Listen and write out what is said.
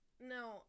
No